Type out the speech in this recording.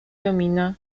domina